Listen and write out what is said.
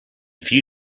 few